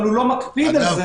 אבל אינו מקפיד על זה.